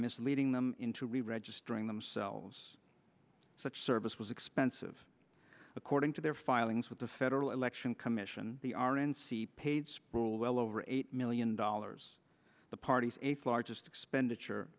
misleading them into registering themselves such service was expensive according to their filings with the federal election commission the r n c paid sproule well over eight million dollars the party's eighth largest expenditure